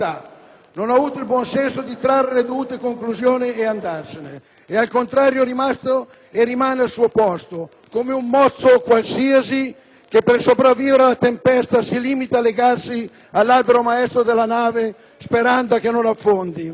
non ha avuto il buon senso di trarre le dovute conclusioni ed andarsene. È, al contrario, rimasto e rimane al suo posto, come un mozzo qualsiasi che per sopravvivere alla tempesta si limita a legarsi all'albero maestro della nave, sperando che non affondi.